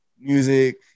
Music